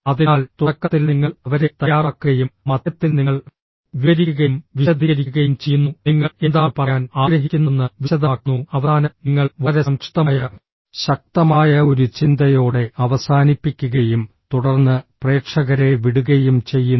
അതിനാൽ തുടക്കത്തിൽ നിങ്ങൾ അവരെ തയ്യാറാക്കുകയും മധ്യത്തിൽ നിങ്ങൾ വിവരിക്കുകയും വിശദീകരിക്കുകയും ചെയ്യുന്നു നിങ്ങൾ എന്താണ് പറയാൻ ആഗ്രഹിക്കുന്നതെന്ന് വിശദമാക്കുന്നു അവസാനം നിങ്ങൾ വളരെ സംക്ഷിപ്തമായ ശക്തമായ ഒരു ചിന്തയോടെ അവസാനിപ്പിക്കുകയും തുടർന്ന് പ്രേക്ഷകരെ വിടുകയും ചെയ്യുന്നു